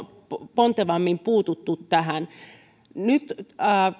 pontevammin puututtu tähän nyt